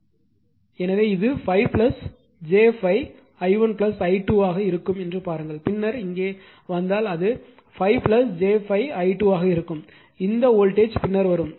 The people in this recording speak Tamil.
எனவே இது 5 j 5 i1 i2 ஆக இருக்கும் என்று பாருங்கள் பின்னர் இங்கே வந்தால் அது 5 j 5 i2 ஆக இருக்கும் இந்த வோல்டேஜ் பின்னர் வரும்